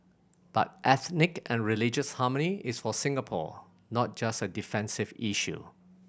but ethnic and religious harmony is for Singapore not just a defensive issue